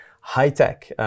high-tech